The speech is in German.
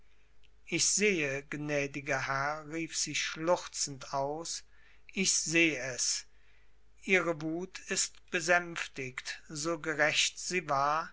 ich sehe gnädiger herr rief sie schluchzend aus ich seh es ihre wut ist besänftigt so gerecht sie war